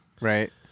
Right